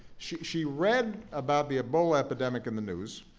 she she read about the ebola epidemic in the news.